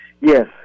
Yes